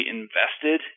invested